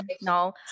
No